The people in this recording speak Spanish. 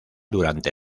durante